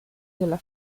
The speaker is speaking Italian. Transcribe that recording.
della